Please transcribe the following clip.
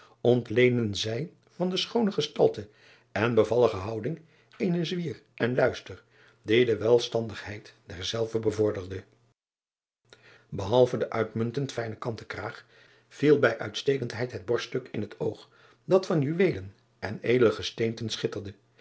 den zij van de schoone gestalte en bevallige houding eenen zwier en luister die de welstandigheid derzelve bevorderde ehalve den uitmuntend fijnen kanten kraag viel bij uitstekendheid het borststuk in het oog dat van juweelen en edele gesteenten schitterde